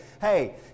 hey